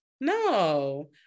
no